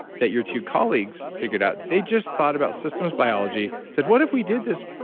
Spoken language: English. that your two colleagues figured out. they just thought about systems biology, said what if we did this.